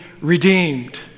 redeemed